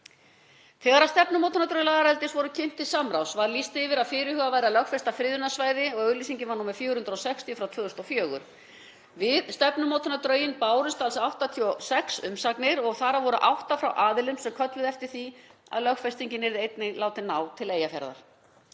Þegar stefnumótunardrög lagareldis voru kynnt til samráðs var lýst yfir að fyrirhugað væri að lögfesta friðunarsvæði auglýsingar nr. 460/2004. Við stefnumótunardrögin bárust alls 86 umsagnir og þar af voru átta frá aðilum sem kölluðu eftir því að lögfestingin yrði einnig látin ná til Eyjafjarðar.